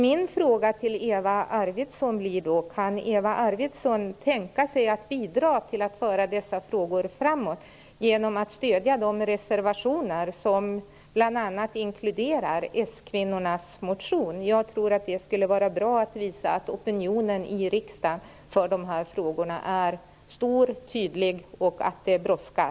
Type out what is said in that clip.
Min fråga till Eva Arvidsson är: Kan Eva Arvidsson tänka sig att bidra till att föra dessa frågor framåt genom att stödja de reservationer som bl.a. inkluderar s-kvinnornas motion? Jag tror att det skulle vara bra att visa att opinionen i riksdagen för dessa frågor är stor och tydlig och att detta brådskar.